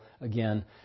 again